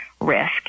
risk